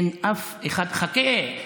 אין אף אחד, חכה.